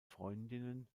freundinnen